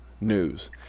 news